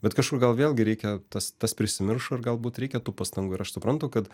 bet kažkur gal vėlgi reikia tas tas prisimiršo ir galbūt reikia tų pastangų ir aš suprantu kad